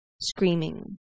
screaming